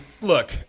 look